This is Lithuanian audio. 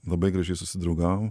labai gražiai susidraugavom